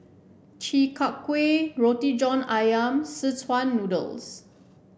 Chi Kak Kuih Roti John ayam Szechuan Noodles